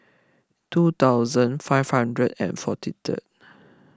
two thousand five hundred and forty third